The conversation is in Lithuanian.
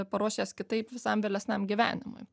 paruoš jas kitaip visam vėlesniam gyvenimui